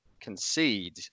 concede